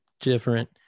different